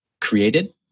created